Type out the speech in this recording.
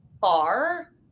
far